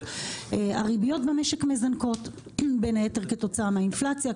הריביות במשק מזנקות בין היתר כתוצאה מהאינפלציה,